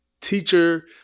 teacher